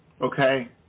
okay